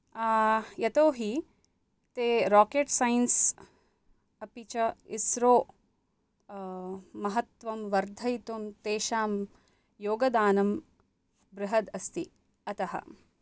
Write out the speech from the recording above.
यतोऽहि ते rocket science अपि च इस्रो महत्वं वर्धयितुं तेषां योगदानं बृहद् अस्ति अतः